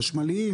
חשמליים,